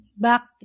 back